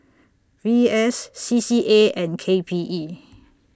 V S C C A and K P E